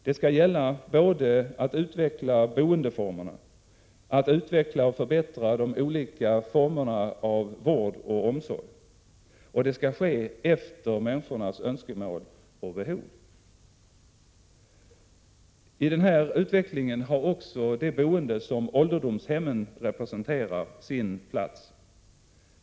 Det skall gälla både att utveckla boendeformerna och att utveckla och förbättra de olika formerna av vård och omsorg. Detta skall ske efter människornas önskemål och behov. I denna utveckling har också det boende som ålderdomshemmen representerar sin plats.